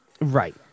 right